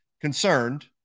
concerned